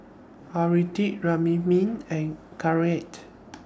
Hirudoid Remifemin and Caltrate